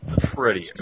prettier